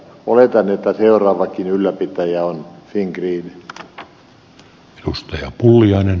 oletan että seuraavakin ylläpitäjä on fingrid